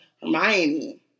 Hermione